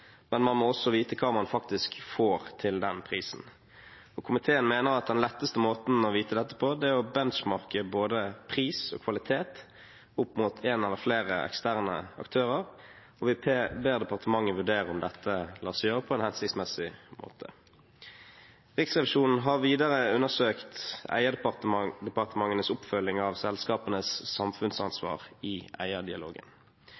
men man må også vite hva man faktisk får til den prisen. Komiteen mener at den letteste måten å vite dette på, er benchmarking av både pris og kvalitet opp mot en eller flere eksterne aktører. Vi ber departementet vurdere om dette lar seg gjøre på en hensiktsmessig måte. Riksrevisjonen har videre undersøkt eierdepartementenes oppfølging av selskapenes